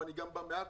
אבל אני גם בא מעכו.